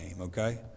okay